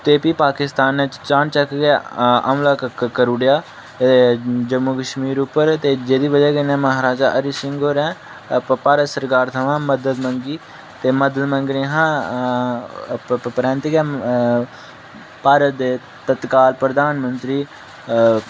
ते भी पाकिस्तान नै चानचक्क गै हमला करूड़ेआ ते जम्मू कश्मीर उप्पर जेह्दी बजह् कन्नै म्हाराजा हरि सिंह होरें भारत सरकार थमां मदद मंग्गी ते मदद मंग्गनें थमां परैंत गै भारत दे तत्काल प्रधानमंत्री अ